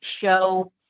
show